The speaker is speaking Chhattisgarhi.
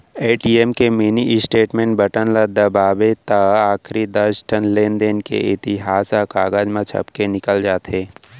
ए.टी.एम के मिनी स्टेटमेंट बटन ल दबावें त आखरी दस ठन लेनदेन के इतिहास ह कागज म छपके निकल जाथे